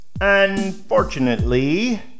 Unfortunately